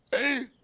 a